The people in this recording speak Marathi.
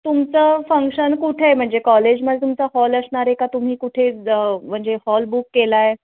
तुमचं फंक्शन कुठे आहे म्हणजे कॉलेजमध्ये तुमचा हॉल असणार आहे का तुम्ही कुठे म्हणजे हॉल बुक केला आहे